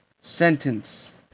Sentence